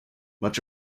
much